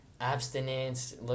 abstinence